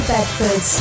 Bedford